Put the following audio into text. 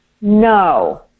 no